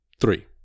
three